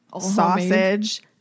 sausage